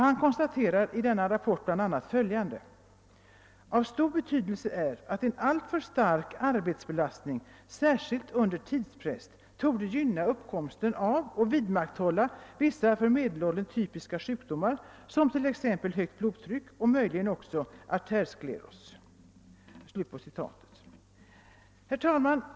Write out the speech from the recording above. Han konstaterar i denna rapport bl.a. följande: »Av stor betydelse är att en alltför stark arbetsbelastning särskilt under tidspress torde gynna uppkomsten av och vidmakthålla vissa för medelåldern typiska sjukdomar som t.ex. högt blodtryck och möjligen också arterioskleros.» Herr talman!